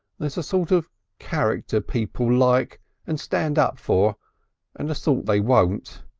there's a sort of character people like and stand up for and a sort they won't.